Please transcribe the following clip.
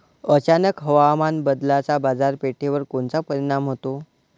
अचानक हवामान बदलाचा बाजारपेठेवर कोनचा परिणाम होतो?